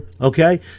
Okay